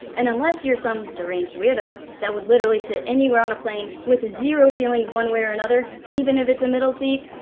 and unless you're some deranged weirdo that would literally sit anywhere on a plane and zero feelings one way or another, even if it's a middle seat,